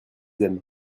aiment